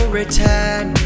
return